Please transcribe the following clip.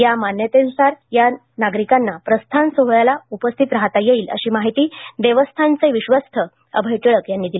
या मान्यतेनुसार त्या लोकांना प्रस्थान सोहोळ्याला उपस्थित राहता येईल अशी माहिती देवस्थानचे विश्वस्त अभय टिळक यांनी दिली